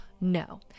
No